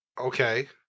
Okay